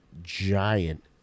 giant